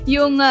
Yung